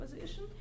position